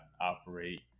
operate